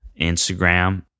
Instagram